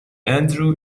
andrew